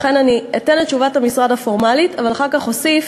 ולכן אני אתן את תשובת המשרד הפורמלית אבל אחר כך אוסיף,